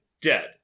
dead